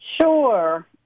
Sure